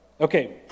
okay